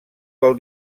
pel